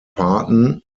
parton